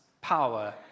power